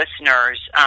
listeners